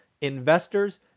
investors